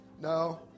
No